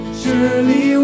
surely